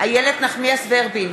איילת נחמיאס ורבין,